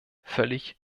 völlig